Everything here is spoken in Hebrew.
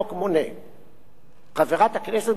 חברת הכנסת גלאון, זה אנטי-דמוקרטי?